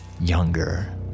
younger